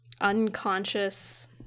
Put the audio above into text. unconscious